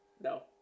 No